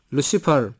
Lucifer